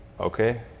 okay